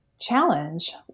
challenge